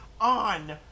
on